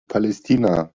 palästina